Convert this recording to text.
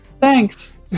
Thanks